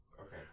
Okay